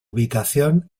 ubicación